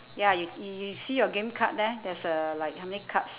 ya you you you see your game card there there's uh like how many cards